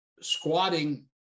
squatting